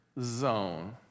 zone